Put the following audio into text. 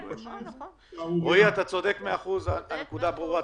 רועי, אתה צודק, הנקודה ברורה.